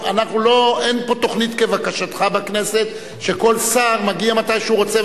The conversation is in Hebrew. אין פה תוכנית כבקשתך בכנסת שכל שר מגיע מתי שהוא רוצה.